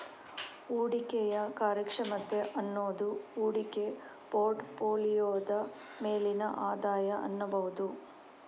ಹೂಡಿಕೆಯ ಕಾರ್ಯಕ್ಷಮತೆ ಅನ್ನುದು ಹೂಡಿಕೆ ಪೋರ್ಟ್ ಫೋಲಿಯೋದ ಮೇಲಿನ ಆದಾಯ ಅನ್ಬಹುದು